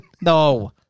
No